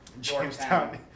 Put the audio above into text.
Jamestown